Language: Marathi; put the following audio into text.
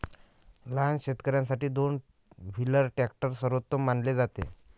लहान शेतकर्यांसाठी दोन व्हीलर ट्रॅक्टर सर्वोत्तम मानले जाते